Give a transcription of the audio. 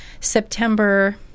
September